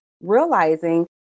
realizing